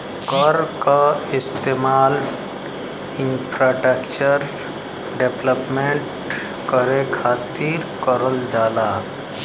कर क इस्तेमाल इंफ्रास्ट्रक्चर डेवलपमेंट करे खातिर करल जाला